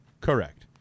Correct